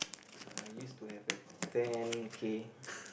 I used to have a ten K